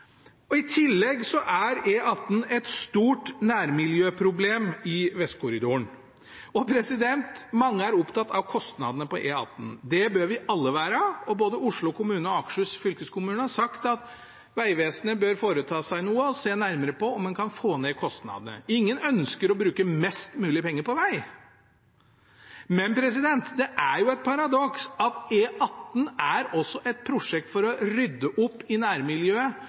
sprengt. I tillegg er E18 et stort nærmiljøproblem i Vestkorridoren. Mange er opptatt av kostnadene for E18. Det bør vi alle være, og både Oslo kommune og Akershus fylkeskommune har sagt at Vegvesenet bør foreta seg noe og se nærmere på om en kan få ned kostnadene. Ingen ønsker å bruke mest mulig penger på veg. Men det er et paradoks at E18 også er et prosjekt for å rydde opp i nærmiljøet,